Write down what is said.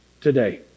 today